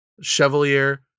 Chevalier